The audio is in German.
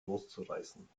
loszureißen